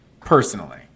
personally